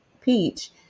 Peach